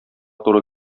туры